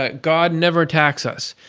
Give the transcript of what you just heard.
ah god never attacks us.